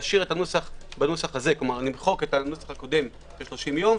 להשאיר את הנוסח הזה למחוק את הנוסח הקודם של 30 יום,